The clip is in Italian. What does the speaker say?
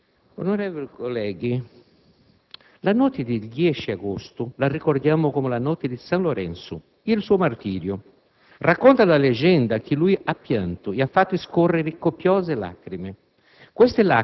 Onorevoli colleghi, la notte del 10 agosto la ricordiamo come la notte di San Lorenzo e del suo martirio. Racconta la leggenda che lui ha pianto e ha fatto scorrere copiose lacrime;